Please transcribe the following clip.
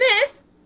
Miss